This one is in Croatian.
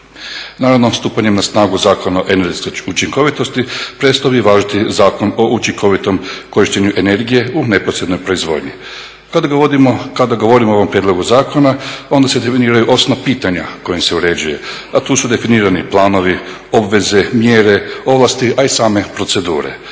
Naravno stupanjem na snagu Zakona o energetskoj učinkovitosti prestao bi važiti Zakon o učinkovitom korištenju energije u neposrednoj proizvodnji. Kad govorimo o ovom prijedlogu zakona onda se …/Govornik se ne razumije./… osnovna pitanja kojim se uređuje, a tu su definirani planovi, obveze, mjere, ovlasti a i same procedure.